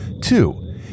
two